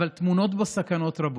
אבל טמונות בו סכנות רבות.